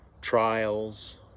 trials